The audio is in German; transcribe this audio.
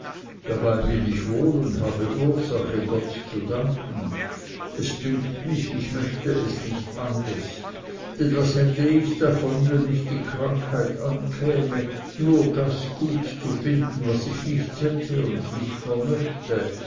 dabei bin ich wohl und habe ursache gott zu danken es dünkt mich ich möchte es nicht anders denn was hätte ich davon wenn mich die krankheit ankäme nur das gut zu finden was ich nicht hätte und nicht vermöchte